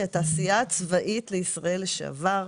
היא התעשייה הצבאית לישראל לשעבר.